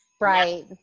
right